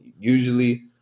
Usually